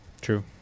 True